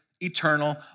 eternal